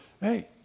hey